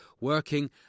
working